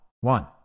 one